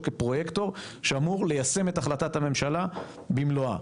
לפרויקטור שאמור ליישם את החלטת הממשלה במלואה.